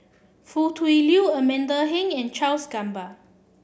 Foo Tui Liew Amanda Heng and Charles Gamba